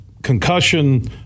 Concussion